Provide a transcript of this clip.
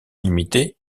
limité